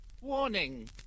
Warning